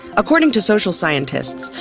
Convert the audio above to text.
according to social scientists,